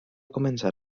començar